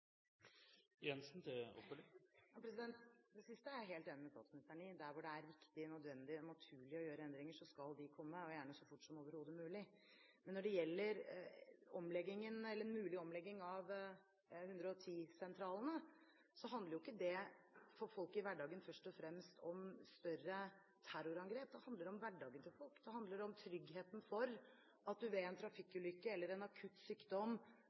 Det siste er jeg helt enig med statsministeren i. Der hvor det er riktig, nødvendig og naturlig å gjøre endringer, skal de komme, og gjerne så fort som overhodet mulig. Men når det gjelder en mulig omlegging av 110-sentralene, handler ikke det for folk i hverdagen først og fremst om større terrorangrep. Det handler om hverdagen til folk. Det handler om tryggheten for at du ved en trafikkulykke eller en akutt sykdom